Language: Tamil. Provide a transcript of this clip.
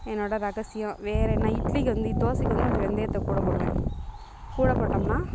என்னோட ரகசியம் வேறு என்ன இட்லிக்கு வந்து தோசைக்கு வந்து கொஞ்சம் வெந்தயத்தை கூட போடுவேன் கூட போட்டோம்னால்